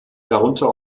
darunter